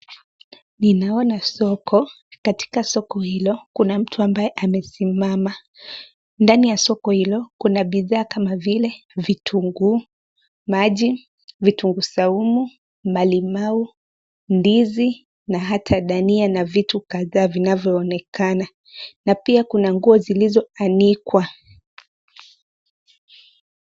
Ninaona soko. Katika soko hilo kuna mtu ambaye amesimama. Ndani ya soko hilo kuna bidhaa kama vile vitunguu maji, vitungu saumu, malimau, ndizi na hata dhania na vitu kadhaa vinavyoonekana na pia kuna nguo zilizoanikwa.